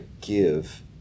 give